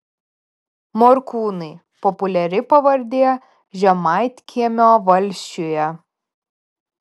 morkūnai populiari pavardė žemaitkiemio valsčiuje